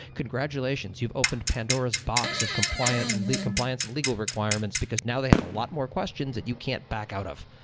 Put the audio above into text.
congratulations, you've opened pandora's box of compliance and like compliance and legal requirements, because now they have a lot more questions that you can't back out of.